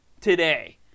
today